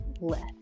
left